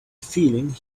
feeling